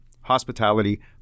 hospitality